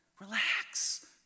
relax